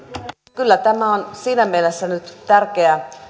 kyllä tämä on nyt tärkeä